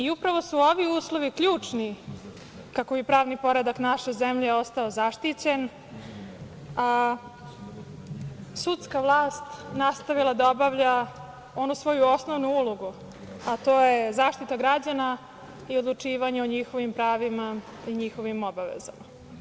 Upravo su ovi uslovi ključni kako bi pravni poredak naše zemlje ostao zaštićen, a sudska vlast nastavila da obavlja onu svoju osnovnu ulogu, a to je zaštita građana i odlučivanje o njihovim pravima i njihovim obavezama.